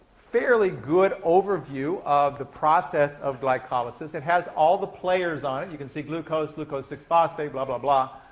fairly good overview of the process of glycolysis. it has all the players on it. you can see glucose, glucose six phosphate, blah, blah, blah.